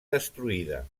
destruïda